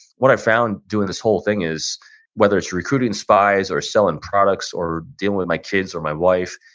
what i've found doing this whole thing is whether it's recruiting spies, or selling products, or dealing with my kids or my wife,